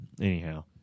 anyhow